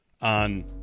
on